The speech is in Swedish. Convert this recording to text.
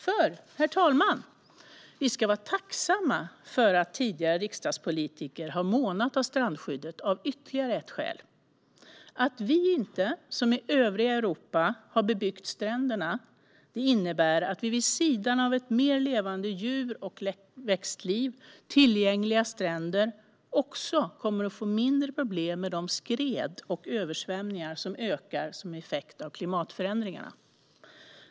Herr talman! Vi ska vara tacksamma för att tidigare riksdagspolitiker har månat om strandskyddet av ytterligare ett skäl. Att vi inte, som i övriga Europa, har bebyggt stränderna innebär att vi, vid sidan av ett mer levande djur och växtliv och tillgängliga stränder, också kommer att få mindre problem med de skred och översvämningar som ökar som en effekt av klimatförändringarna.